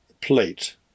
plate